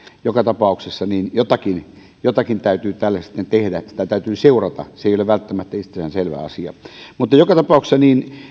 joka tapauksessa jotakin jotakin täytyy tälle sitten tehdä tätä täytyy seurata se ei ole välttämättä itsestäänselvä asia mutta joka tapauksessa